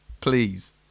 Please